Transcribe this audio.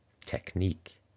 Technique